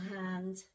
hand